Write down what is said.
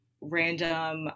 random